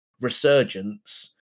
resurgence